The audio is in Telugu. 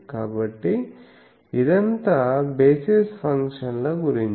కాబట్టి ఇదంతా బేసిస్ ఫంక్షన్ల గురించి